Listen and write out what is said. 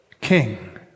King